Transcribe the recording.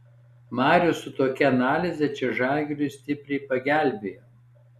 marius su tokia analize čia žalgiriui stipriai pagelbėjo